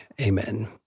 Amen